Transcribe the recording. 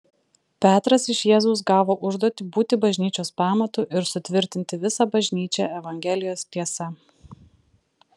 petras iš jėzaus gavo užduotį būti bažnyčios pamatu ir sutvirtinti visą bažnyčią evangelijos tiesa